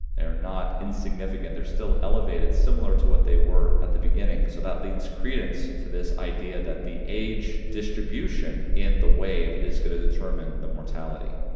they are not insignificant, they're still elevated similar to what they were at the beginning, so that lends credence to this idea that the age distribution in the wave is going to determine the mortality.